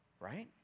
Right